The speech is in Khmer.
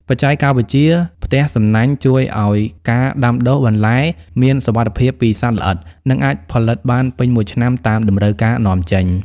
បច្ចេកវិទ្យាផ្ទះសំណាញ់ជួយឱ្យការដាំដុះបន្លែមានសុវត្ថិភាពពីសត្វល្អិត និងអាចផលិតបានពេញមួយឆ្នាំតាមតម្រូវការនាំចេញ។